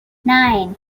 nine